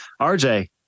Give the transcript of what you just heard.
RJ